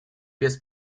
без